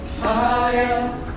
higher